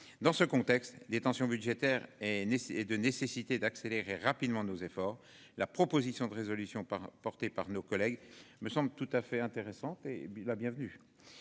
Dans ce contexte des tensions budgétaires et et de nécessité d'accélérer rapidement nos efforts. La proposition de résolution par porté par nos collègues me semble tout à fait intéressante et puis la bienvenue.